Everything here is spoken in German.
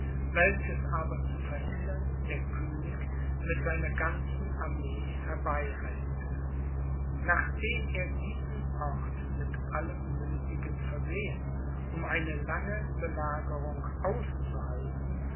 welches aber zu verhindern der könig mit seiner ganzen armee herbeieilte nachdem er diesen ort mit allem nöthigen versehen um eine lange belagerung auszuhalten